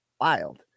wild